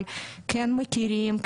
אבל כן מכירים,